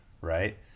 Right